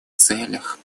целях